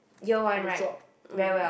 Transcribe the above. or the drop